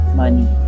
money